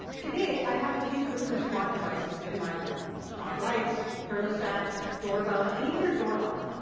today i have a few different smart devices in my home. smart lights, thermostat, doorbell, and even a door lock.